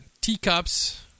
Teacups